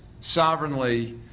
sovereignly